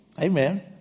Amen